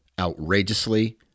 outrageously